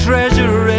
treasure